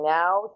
now